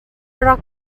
rak